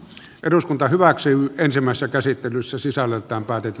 eduskunta hyväksyy ensimmäistä käsittelyssä sisällöltään päätetty